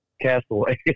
Castaway